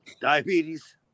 Diabetes